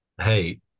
Hey